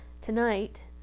tonight